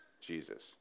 Jesus